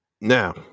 Now